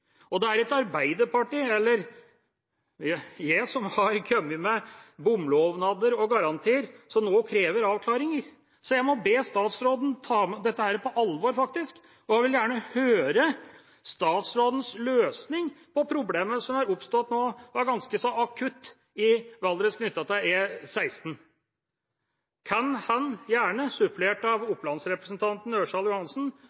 Og det er ikke Arbeiderpartiet eller jeg som har kommet med bomlovnader og garantier som nå krever avklaringer, så jeg må be statsråden faktisk ta dette på alvor. Jeg vil gjerne høre statsrådens løsning på problemet som nå har oppstått ganske så akutt i Valdres, knyttet til E16. Kan han, gjerne supplert av Oppland-representanten Ørsal Johansen,